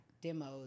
demos